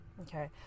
Okay